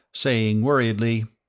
saying worriedly,